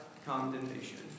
condemnation